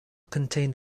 contained